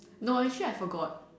no actually I forgot